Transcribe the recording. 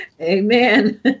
Amen